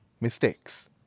mistakes